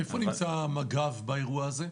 איפה נמצא מג"ב באירוע הזה?